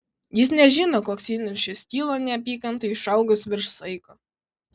jis nežino koks įniršis kyla neapykantai išaugus virš saiko